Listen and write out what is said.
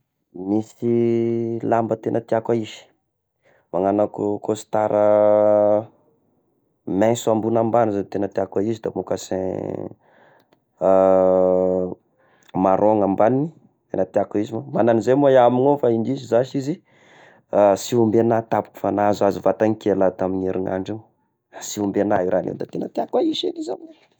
Misy lamba tegna tiako aisy, magnano akoa costard mainso ambony ambany zagny tegna tiako a izy da môkasin marron ny ambagniny, ny ahitako izy magna an'izay ma iaho amignao fa indrisy zashy izy, sy ho indegna ahy tampoky fa nahazohazo vatany kely ao tamin'ny herinandro igny, sy homby agna raha na da tegna tiako ah isy an'izay ih.